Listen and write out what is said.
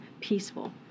peaceful